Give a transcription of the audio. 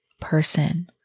person